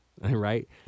right